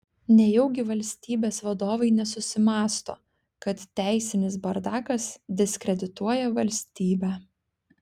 nejaugi valstybės vadovai nesusimąsto kad teisinis bardakas diskredituoja valstybę